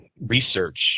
research